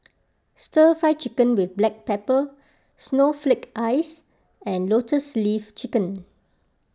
Stir Fry Chicken with Black Pepper Snowflake Ice and Lotus Leaf Chicken